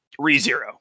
ReZero